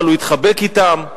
אבל הוא התחבק אתם,